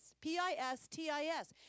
P-I-S-T-I-S